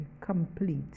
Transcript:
complete